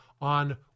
on